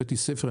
הבאתי ספר,